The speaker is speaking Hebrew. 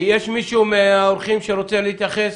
מישהו מהאורחים או מחברי הכנסת רוצה להתייחס?